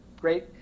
great